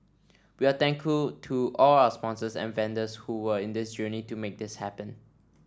we are thankful to all our sponsors and vendors who were in this journey to make this happen